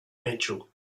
mitchell